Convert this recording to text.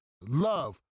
Love